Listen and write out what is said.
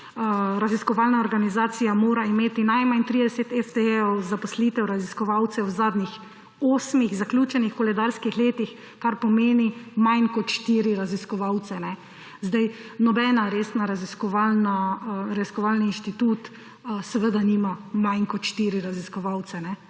Raziskovalna organizacija mora imeti najmanj 30 FTE zaposlitev raziskovalcev v zadnjih osmih zaključenih koledarskih letih, kar pomeni manj kot štiri raziskovalce. Noben resen raziskovalni inštitut seveda nima manj kot štiri raziskovalce.